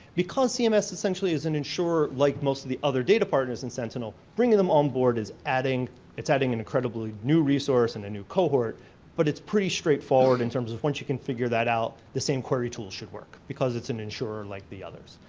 because cms um essentially is an insurer like most of the other data partners in sentinel. bringing them onboard as adding it's adding an incredible new resource and a new cohort but it's pretty straightforward in terms of once you can figure that out the same query tools should work because it's an insurer like the others.